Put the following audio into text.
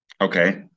Okay